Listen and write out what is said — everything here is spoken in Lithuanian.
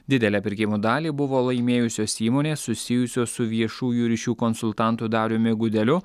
didelę pirkimo dalį buvo laimėjusios įmonės susijusios su viešųjų ryšių konsultantu dariumi gudeliu